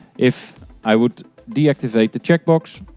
if i would deactivate the checkbox